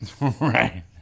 right